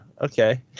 Okay